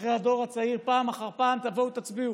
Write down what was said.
ואחרי הדור הצעיר, פעם אחר פעם: תבואו, תצביעו.